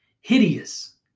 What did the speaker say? hideous